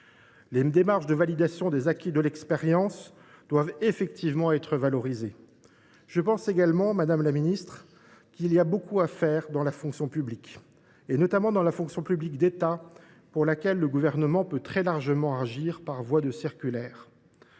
Les démarches de validation des acquis de l’expérience doivent être valorisées. Madame la ministre, je pense également qu’il y a beaucoup à faire dans la fonction publique, notamment dans la fonction publique d’État, pour laquelle le Gouvernement peut très largement agir par voie de circulaire